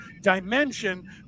dimension